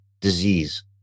disease